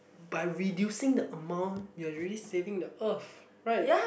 by reducing the amount you're already saving the earth right